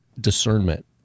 discernment